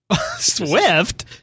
Swift